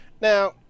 Now